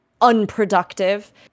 unproductive